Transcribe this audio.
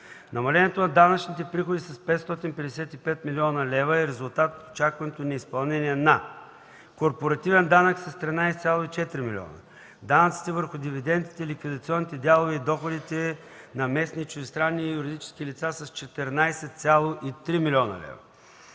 Намалението на данъчните приходи с 555,0 млн. лв. е резултат от очаквано неизпълнение на: корпоративния данък с 13,4 млн. лв.; данъците върху дивидентите, ликвидационните дялове и доходите на местни и чуждестранни юридически лица с 14,3 млн. лв.;